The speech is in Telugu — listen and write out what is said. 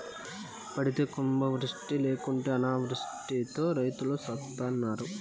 పడితే కుంభవృష్టి లేకుంటే అనావృష్టితో రైతులు సత్తన్నారు